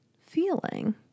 feeling